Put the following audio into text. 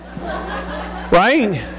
Right